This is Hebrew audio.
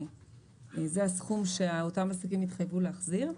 זה הסכום שאותם עסקים התחייבו להחזיר.